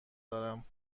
دارم